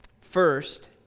First